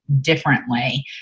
differently